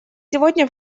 сегодня